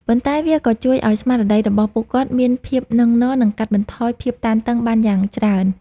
ប៉ុន្តែវាក៏ជួយឱ្យស្មារតីរបស់ពួកគាត់មានភាពនឹងនរ និងកាត់បន្ថយភាពតានតឹងបានយ៉ាងច្រើន។